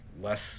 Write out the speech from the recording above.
less